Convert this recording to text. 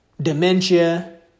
dementia